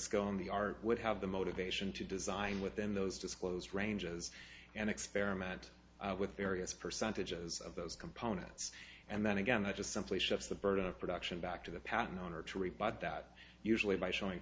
scone the art would have the motivation to design within those disclosed ranges and experiment with various percentages of those components and then again not just simply shift the burden of production back to the patent owner to rebut that usually by showing